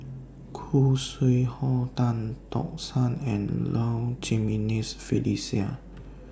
Khoo Sui Hoe Tan Tock San and Low Jimenez Felicia